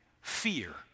fear